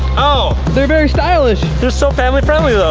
oh! there very stylish, there so family friendly though.